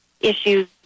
issues